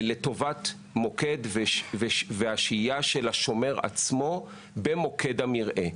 לטובת המוקד והשהייה של השומר עצמו במוקד המרעה.